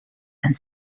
and